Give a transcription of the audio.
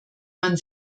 man